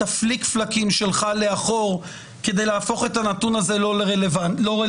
הפליק-פלקים שלך לאחור כדי להפוך את הנתון הזה לא רלוונטי.